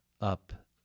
up